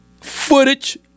footage